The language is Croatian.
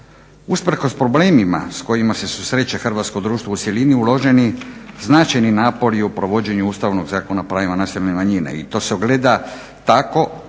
usprkos problemima s kojima se susreće Hrvatsko društvo u cjelini uloženi značajni napori o provođenju Ustavnog zakona o pravima nacionalne manjine i to se gleda tako